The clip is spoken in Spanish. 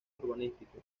urbanístico